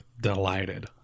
delighted